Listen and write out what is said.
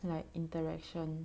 like interaction